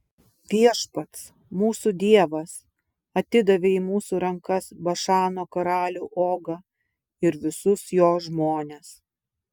viešpats mūsų dievas atidavė į mūsų rankas bašano karalių ogą ir visus jo žmones